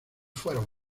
fueron